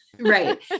Right